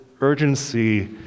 urgency